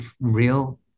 real